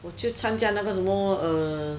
我就参加那个什么 uh